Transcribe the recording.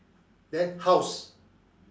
then house